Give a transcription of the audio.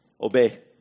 obey